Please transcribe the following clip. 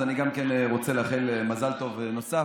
אז אני רוצה לאחל מזל טוב נוסף.